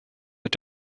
mit